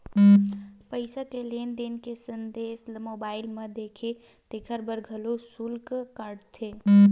पईसा के लेन देन के संदेस ल मोबईल म देथे तेखर बर घलोक सुल्क काटथे